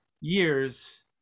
years